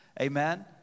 Amen